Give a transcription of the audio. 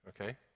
Okay